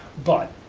but